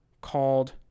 called